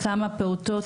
הדברים.